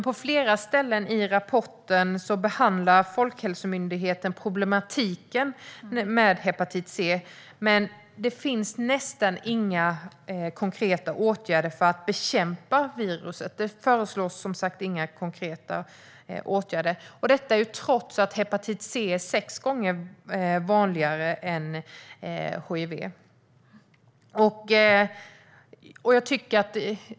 På flera ställen behandlar man i rapporten problematiken med hepatit C, men det föreslås nästan inga konkreta åtgärder för att bekämpa viruset, trots att hepatit C är sex gånger vanligare än hiv.